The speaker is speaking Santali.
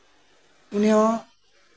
ᱩᱱᱤ ᱦᱚᱸ